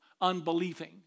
unbelieving